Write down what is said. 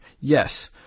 Yes